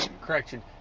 correction